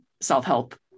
self-help